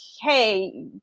Hey